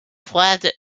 froides